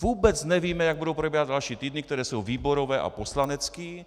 Vůbec nevíme, jak budou probíhat další týdny, které jsou výborové a poslanecký.